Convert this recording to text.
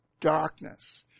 darkness